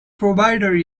provider